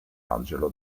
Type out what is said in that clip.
angelo